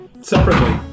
Separately